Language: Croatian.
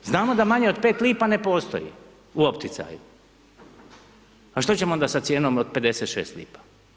Znamo da manje od 5 lipa ne postoji u opticaju, a što ćemo onda sa cijenom od 56 lipa?